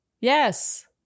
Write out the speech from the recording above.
yes